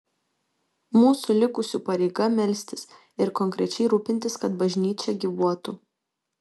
mūsų likusių pareiga melstis ir konkrečiai rūpintis kad bažnyčia gyvuotų